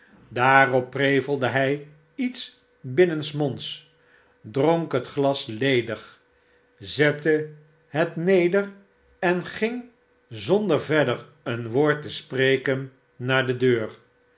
daarop prevelde hij iets binnensmonds dronk het glas ledig zette het neder en ging zonder verder een woord te spreken naar de deur